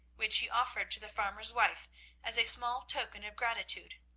which he offered to the farmer's wife as a small token of gratitude.